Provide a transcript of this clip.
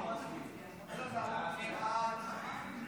ההצעה להעביר את הצעת חוק